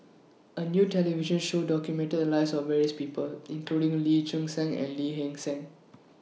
A New television Show documented The Lives of various People including Lee Choon Seng and Lee Hee Seng